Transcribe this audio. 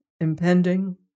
impending